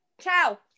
Ciao